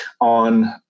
on